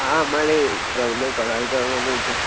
હા મારે ઘરમાં કલર કરવાનો છે